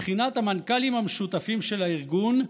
מבחינת המנכ"לים המשותפים של הארגון,